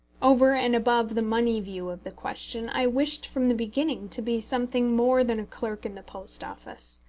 over and above the money view of the question, i wished from the beginning to be something more than a clerk in the post office.